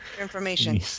information